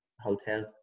Hotel